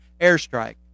airstrike